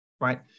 right